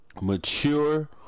mature